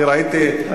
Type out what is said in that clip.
אני ראיתי,